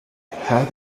help